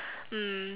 mm